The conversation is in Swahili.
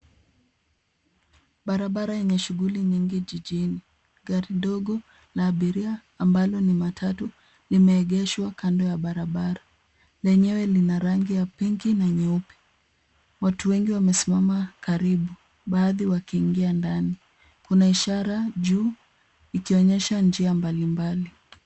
Barabara yenye shughuli nyingi jijini. Gari ndogo la abiria ambalo ni matatu limeegeshwa kando ya barabara. Lenyewe lina rangi ya pinki na nyeupe. Watu wengi wamesimama karibu baadhi wakiingia ndani. Kuna ishara juu ikionyesha njia mbalimbali.